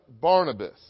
Barnabas